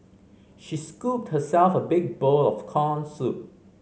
she scooped herself a big bowl of corn soup